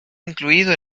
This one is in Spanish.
incluido